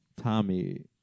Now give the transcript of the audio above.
Tommy